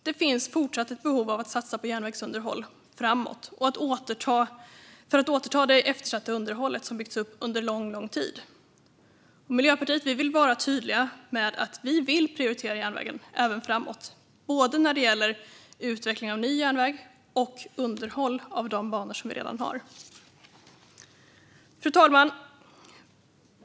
Det finns fortsatt ett behov av att satsa på järnvägsunderhåll framgent för att återta det eftersatta underhållet som byggts upp under lång tid. Miljöpartiet vill vara tydligt med att vi vill prioritera järnvägen även framåt. Det gäller såväl utveckling av ny järnväg som underhåll av de banor som vi redan har. Fru talman!